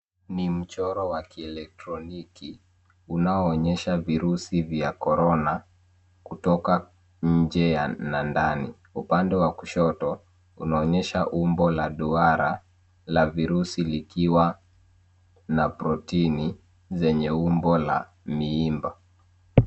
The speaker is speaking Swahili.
Ni mchoro wa kielektroniki unaoonyesha virusi vya corona kutoka nje na ndani. Upande wa kushoto unaonyesha umbo la duara la virusi likiwa na protini zenye umbo la miimba.